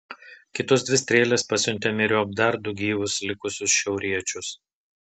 kitos dvi strėlės pasiuntė myriop dar du gyvus likusius šiauriečius